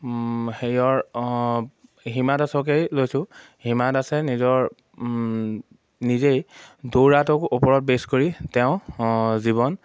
সেয়ৰ হিমা দাসকেই লৈছোঁ হিমা দাসে নিজৰ নিজেই দৌৰাটোক ওপৰত বেছ কৰি তেওঁ জীৱন